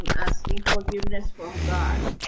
asking forgiveness from god?